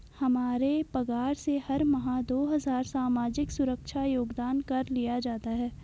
हमारे पगार से हर माह दो हजार सामाजिक सुरक्षा योगदान कर लिया जाता है